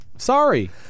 Sorry